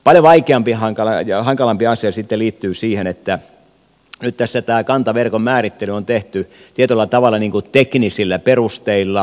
paljon vaikeampi ja hankalampi asia sitten liittyy siihen että nyt tässä tämä kantaverkon määrittely on tehty tietyllä tavalla niin kuin teknisillä perusteilla